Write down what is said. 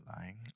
lying